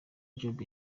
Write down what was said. job